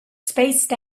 spaced